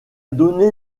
donné